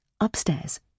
Upstairs